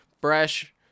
fresh